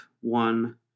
one